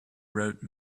wrote